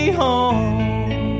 home